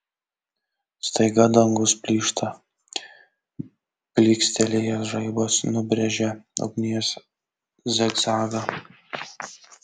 staiga dangus plyšta plykstelėjęs žaibas nubrėžia ugnies zigzagą